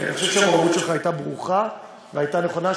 אני חושב שהמעורבות שלך הייתה ברוכה והייתה נכונה,